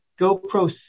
GoPro